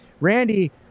Randy